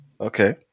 Okay